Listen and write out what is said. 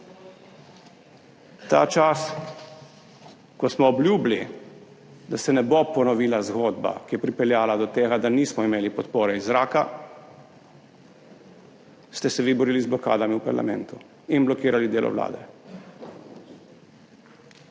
Ta čas, ko smo obljubili, da se ne bo ponovila zgodba, ki je pripeljala do tega, da nismo imeli podpore iz zraka, ste se vi borili z blokadami v parlamentu in blokirali delo vlade.